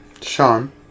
Sean